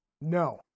No